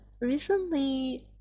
recently